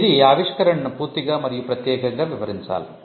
ఇది ఆవిష్కరణను 'పూర్తిగా మరియు ప్రత్యేకంగా' వివరించాలి